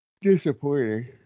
disappointing